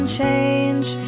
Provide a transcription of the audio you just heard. change